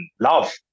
love